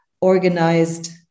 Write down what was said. organized